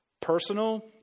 personal